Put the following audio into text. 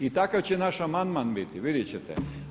I takav će naš amandman biti, vidjet ćete.